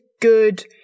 good